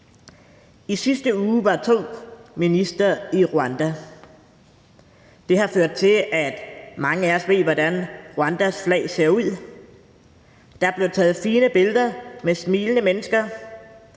I sidste uge var to ministre i Rwanda. Det har ført til, at mange af os ved, hvordan Rwandas flag ser ud. Der blev taget fine billeder med smilende mennesker,